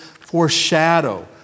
foreshadow